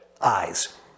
eyes